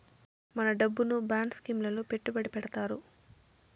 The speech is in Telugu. మన డబ్బును బాండ్ స్కీం లలో పెట్టుబడి పెడతారు